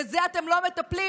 בזה אתם לא מטפלים,